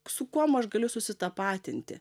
su kuom aš galiu susitapatinti